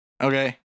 Okay